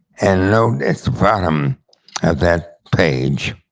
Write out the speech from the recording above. and note at the bottom of that page.